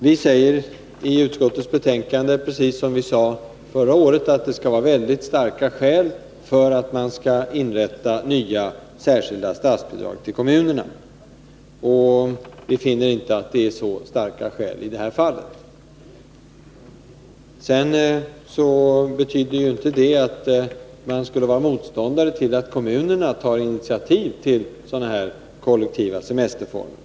Vi säger i utskottsbetänkandet, precis som vi sade förra året, att det skall tillkomma väldigt starka skäl om man skall inrätta nya särskilda statsbidrag till kommunerna, och vi finner inte att det är så starka skäl i detta fall. Det betyder inte att vi skulle vara motståndare till att kommunerna tar initiativ till sådana här kollektiva semesterformer.